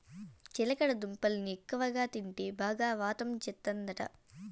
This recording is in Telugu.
చిలకడ దుంపల్ని ఎక్కువగా తింటే బాగా వాతం చేస్తందట